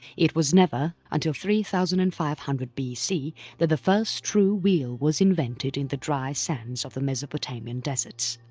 it was never until three thousand and five hundred bc that the first true wheel was invented in the dry sands of the mesopotamian deserts.